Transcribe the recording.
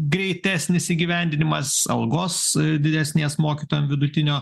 greitesnis įgyvendinimas algos didesnės mokytojam vidutinio